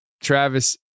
Travis